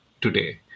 today